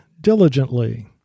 diligently